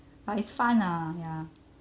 but it's fun ah ya